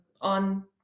on